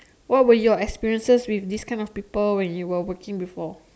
what were your experiences with these kind of people when you were working before